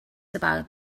about